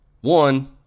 one